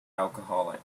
alcoholic